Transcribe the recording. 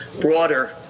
broader